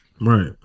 Right